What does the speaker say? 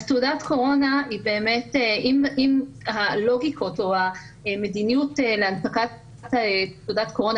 תעודת קורונה היא באמת אם המדיניות להנפקת תעודת קורונה